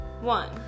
one